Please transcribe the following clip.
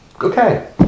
Okay